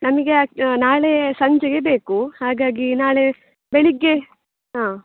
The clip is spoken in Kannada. ನನಗೆ ಅಕ್ ನಾಳೆ ಸಂಜೆಗೆ ಬೇಕು ಹಾಗಾಗಿ ನಾಳೆ ಬೆಳಗ್ಗೆ ಹಾಂ